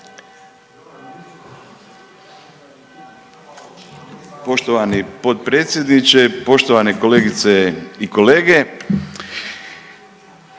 Poštovani potpredsjedniče, poštovane kolegice i kolege,